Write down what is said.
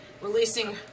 releasing